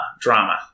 drama